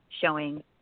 showing